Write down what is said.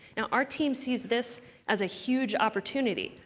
now our team sees this as a huge opportunity,